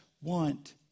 want